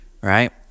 right